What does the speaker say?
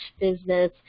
business